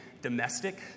domestic